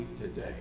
today